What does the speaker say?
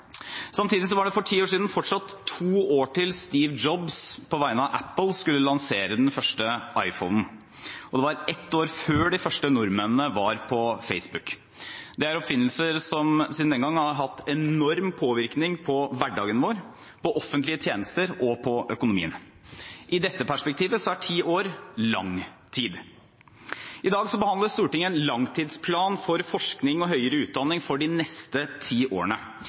Samtidig var det for ti år siden fortsatt to år til Steve Jobs på vegne av Apple skulle lansere den første iPhonen, og det var ett år før de første nordmennene var på Facebook. Dette er oppfinnelser som siden den gang har hatt en enorm påvirkning på hverdagen vår, på offentlige tjenester og på økonomien. I dette perspektivet er ti år lang tid. I dag behandler Stortinget en langtidsplan for forskning og høyere utdanning for de neste ti årene,